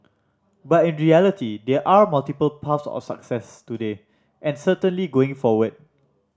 but in reality there are multiple path of success today and certainly going forward